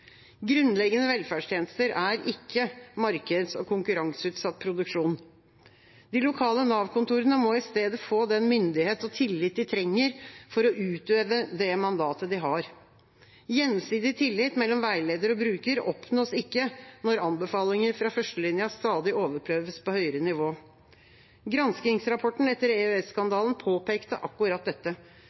Grunnleggende velferdstjenester er ikke markeds- og konkurranseutsatt produksjon. De lokale Nav-kontorene må i stedet få den myndighet og tillit de trenger for å utøve det mandatet de har. Gjensidig tillit mellom veileder og bruker oppnås ikke når anbefalinger fra førstelinja stadig overprøves på høyere nivå. Granskingsrapporten etter EØS-skandalen påpekte akkurat dette.